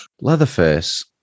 Leatherface